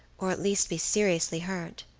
or at least be seriously hurt.